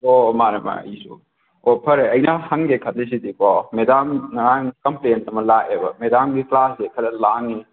ꯑꯣ ꯃꯥꯅꯦ ꯃꯥꯅꯦ ꯑꯩꯁꯨ ꯑꯣ ꯐꯔꯦ ꯑꯩꯅ ꯍꯪꯒꯦ ꯈꯜꯂꯤꯁꯤꯗꯤꯀꯣ ꯃꯦꯗꯥꯝ ꯅꯍꯥꯟ ꯀꯝꯄ꯭ꯂꯦꯟ ꯑꯃ ꯂꯥꯛꯑꯦꯕ ꯃꯦꯗꯥꯝꯒꯤ ꯀ꯭ꯂꯥꯁꯁꯤ ꯈꯔ ꯂꯥꯡꯉꯤ